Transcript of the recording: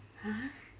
!huh!